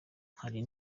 hari